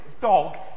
dog